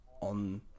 on